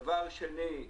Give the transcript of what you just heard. דבר שני,